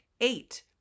Eight